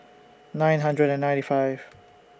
nine hundred and ninety five